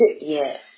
Yes